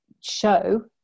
show